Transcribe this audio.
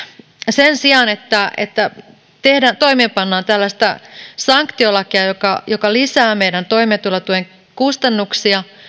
sen sijaan että että toimeenpannaan tällaista sanktiolakia joka joka lisää meidän toimeentulotuen kustannuksia